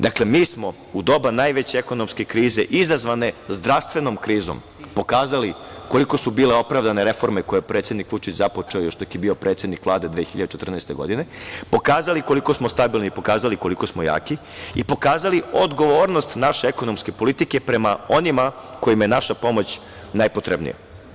Dakle, mi smo u doba najveće ekonomske krize izazvane zdravstvenom krizom pokazali koliko su bile opravdane reforme koje je predsednik Vučić započeo još dok je bio predsednik Vlade 2014. godine, pokazali koliko smo stabilni i pokazali koliko smo jaki i pokazali odgovornost naše ekonomske politike prema onima kojima je naša pomoć najpotrebnija.